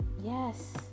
yes